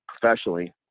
professionally